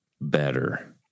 better